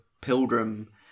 pilgrim